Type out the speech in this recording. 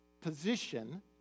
position